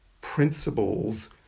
principles